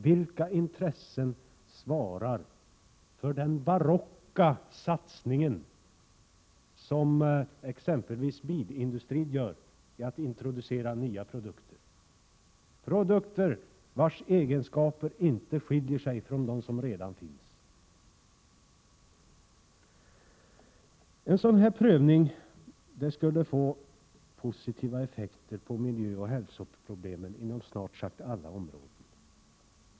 Vilka intressen svarar för den barocka satsning som exempelvis bilindustrin gör, då den introducerar nya produkter vars egenskaper inte skiljer sig från dem som redan finns. En sådan här prövning skulle få positiva effekter på miljöoch hälsoproblemen inom snart sagt alla områden.